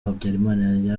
habyarimana